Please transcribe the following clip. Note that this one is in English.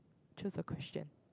choose a question